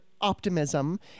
optimism